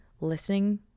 listening